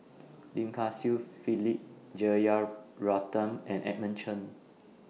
Lim Kay Siu Philip Jeyaretnam and Edmund Chen